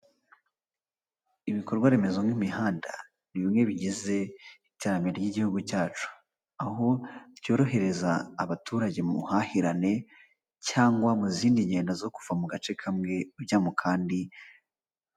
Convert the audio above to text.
Ibikorwa remezo nk'imihanda ni bimwe bigize iterambere ry'igihugu cyacu, aho byorohereza abaturage mu buhahirane cyangwa mu zindi ngendo zo kuva mu gace kamwe ujya mu kandi.